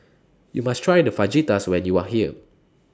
YOU must Try The Fajitas when YOU Are here